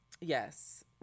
Yes